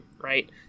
right